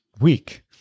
week